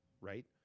right